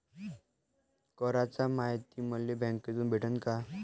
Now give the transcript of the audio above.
कराच मायती मले बँकेतून भेटन का?